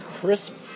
crisp